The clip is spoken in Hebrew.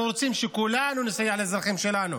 אנחנו רוצים שכולנו נסייע לאזרחים שלנו